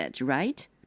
Right